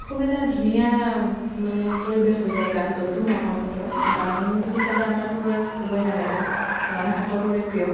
খুব এটা ধুনীয়া মানে পৰিৱেশ হৈ যায় গান য'তো নহওক কিয় গান বুলি ক'লে আমাৰটো আৰু ক'বই নালাগে গান সকলোৰে প্ৰিয়